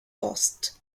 coast